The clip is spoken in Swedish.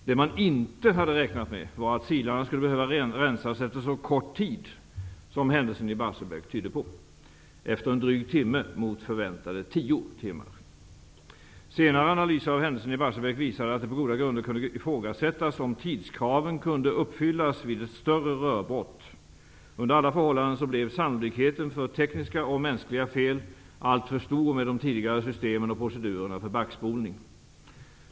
Det man inte hade räknat med var att silarna skulle behöva rensas efter så kort tid som händelsen i Barsebäck tydde på; efter en dryg timme mot förväntade tio timmar. Senare analyser av händelsen i Barsebäck visade att det på goda grunder kunde ifrågasättas om tidskraven kunde uppfyllas vid ett större rörbrott. Under alla förhållanden blev sannolikheten för tekniska och mänskliga fel alltför stor med de tidigare systemen och procedurerna för backspolning.